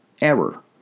error